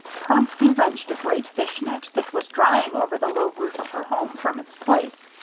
promptly wrenched a great fish net that was drying over the low roof of her home from its place,